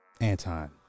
Anton